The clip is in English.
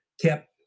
kept